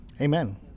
Amen